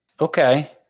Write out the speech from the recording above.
Okay